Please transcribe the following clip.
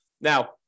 Now